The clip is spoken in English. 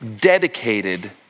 dedicated